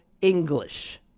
English